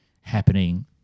happening